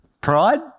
Pride